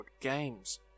Games